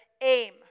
aim